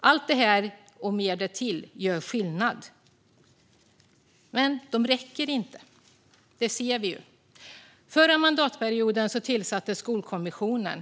Allt det här och mer därtill gör skillnad. Men det räcker inte. Det ser vi. Förra mandatperioden tillsattes Skolkommissionen.